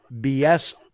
BS